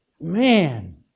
man